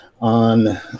on